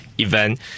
event